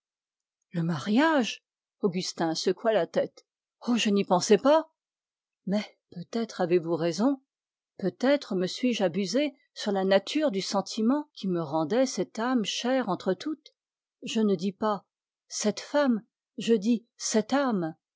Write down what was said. la tête oh je n'y pensais pas mais peut-être avez-vous raison peut-être me suis-je abusé sur la nature du sentiment qui me rendait cette âme chère entre toutes je ne dis pas cette femme je dis cette âme